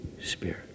Spirit